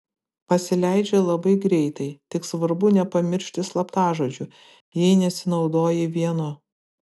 pasileidžia labai greitai tik svarbu nepamiršti slaptažodžių jei nesinaudoji vienu